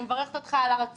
אני מברכת אותך על הרצון,